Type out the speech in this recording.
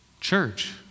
Church